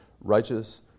righteous